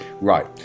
right